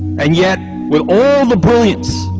and yet, with all the brilliance,